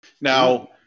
Now